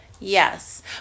yes